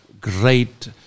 great